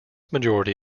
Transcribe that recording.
majority